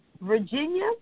Virginia